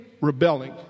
rebelling